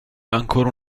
ancora